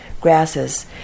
grasses